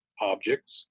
objects